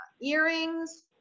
earrings